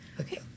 Okay